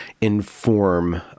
inform